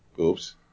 Oops